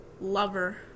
lover